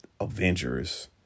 Avengers